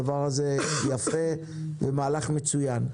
הדבר הזה יפה והוא מהלך מצוין.